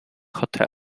hotel